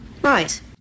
Right